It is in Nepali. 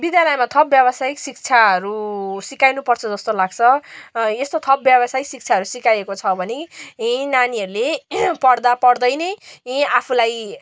विद्यालयमा थप व्यवसायिक शिक्षाहरू सिकाइनु पर्छ जस्तो लाग्छ यस्तो थप व्यवसायिक शिक्षाहरू सिकाइएको छ भने यी नानीहरूले पढ्दा पढ्दै नै आफूलाई